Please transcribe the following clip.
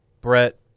brett